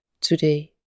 today